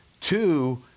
Two